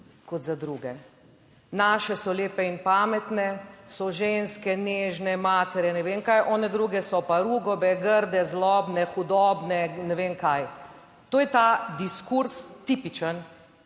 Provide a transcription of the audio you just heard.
kot za druge. Naše so lepe in pametne, so ženske, nežne matere, ne vem kaj, one druge so pa rugobe, grde, zlobne, hudobne, ne vem kaj. To je ta diskurz tipičen,